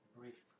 brief